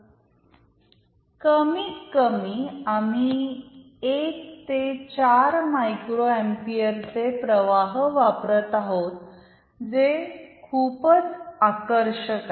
कमीत कमी आम्ही एक ते चार मायक्रो अँपीयरचे प्रवाह वापरत आहोत जे खूपच आकर्षक आहे